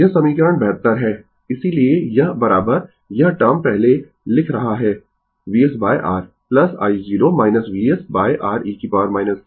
यह समीकरण 72 है इसीलिए यह यह टर्म पहले लिख रहा है Vs R i0 Vs Re t t τ